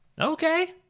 Okay